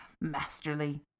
masterly